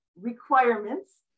requirements